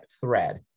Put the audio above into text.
thread